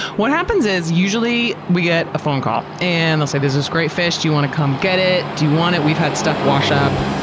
what happens is usually we get a phone call and they'll say, there's this great fish, do you want to come get it? do you want it? we've had stuff wash up,